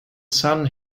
sun